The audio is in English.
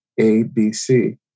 ABC